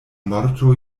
morto